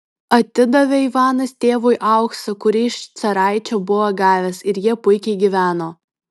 atidavė ivanas tėvui auksą kurį iš caraičio buvo gavęs ir jie puikiai gyveno